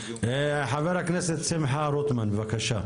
חבר הכנסת שמחה רוטמן, בבקשה.